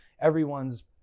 everyone's